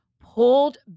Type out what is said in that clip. pulled